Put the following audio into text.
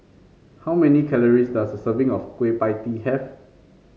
how many calories does a serving of Kueh Pie Tee have